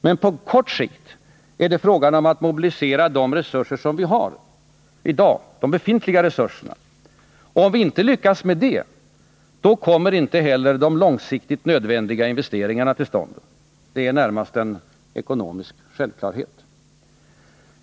Men på kort sikt är det fråga om att mobilisera de resurser som vi har i dag —de befintliga resurserna. Om vi inte lyckas med det, kommer inte heller de långsiktigt nödvändiga investeringarna till stånd. Det är närmast en ekonomisk självklarhet.